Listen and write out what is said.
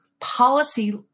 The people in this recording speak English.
policy